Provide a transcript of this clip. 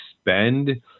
spend